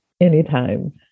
Anytime